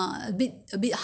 not so nice